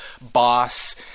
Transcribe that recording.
boss